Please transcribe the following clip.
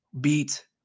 beat